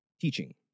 teaching